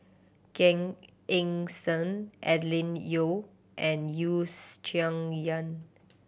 Gan Eng Seng Adeline Ooi and You Yen